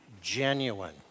genuine